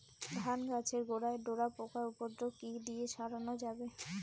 ধান গাছের গোড়ায় ডোরা পোকার উপদ্রব কি দিয়ে সারানো যাবে?